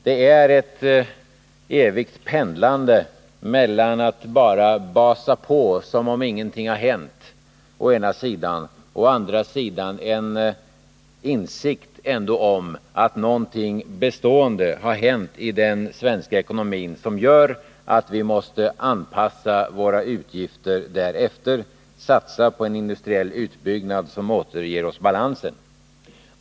Det är ett evigt pendlande mellan å ena sidan att bara basa på som om ingenting har hänt och å andra sidan en insikt om att någonting bestående ändå har hänt i den svenska ekonomin som gör att vi måste anpassa våra utgifter därefter, satsa på en industriell utbyggnad som återger oss balansen.